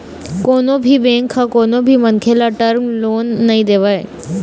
कोनो भी बेंक ह कोनो भी मनखे ल टर्म लोन नइ देवय